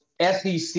SEC